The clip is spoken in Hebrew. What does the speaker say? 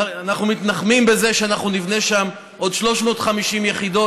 אנחנו מתנחמים בזה שאנחנו נבנה שם עוד 350 יחידות,